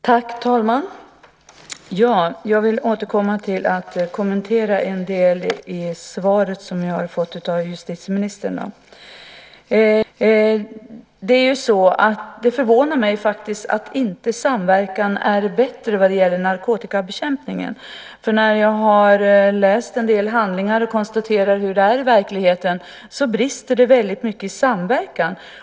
Herr talman! Jag vill återkomma med att kommentera en del i svaret som jag har fått av justitieministern. Det förvånar mig faktiskt att inte samverkan är bättre vad gäller narkotikabekämpningen. När jag har läst en del handlingar och konstaterat hur det är i verkligheten brister det väldigt mycket i samverkan.